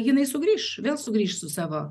jinai sugrįš vėl sugrįš su savo